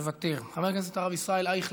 מוותר, חבר הכנסת הרב ישראל אייכלר,